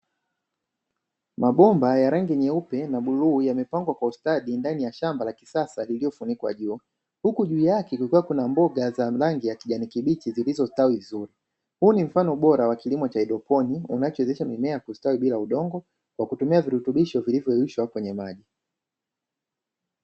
Mabomba ya rangi nyeupe na bluu, yamepangwa kwa ustadi ndani ya shamba la kisasa lililofunikwa juu, huku juu yake kukiwa kuna mboga za rangi ya kijani kibichi zilizostawi vizuri. Huu ni mfano bora wa kilimo cha haidroponi unachowezesha mimea kustawi bila udongo kwa kutumia virutubisho kwenye maji.